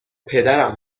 پدرم